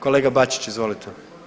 Kolega Bačić, izvolite.